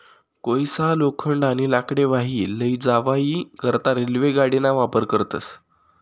कोयसा, लोखंड, आणि लाकडे वाही लै जावाई करता रेल्वे गाडीना वापर करतस